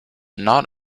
not